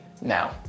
now